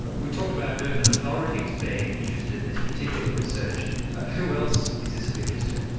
ah we talked about urban authorities being interested in this particular research who else is this of interest to?